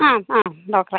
ആ ആ ബ്രോക്കറാണ്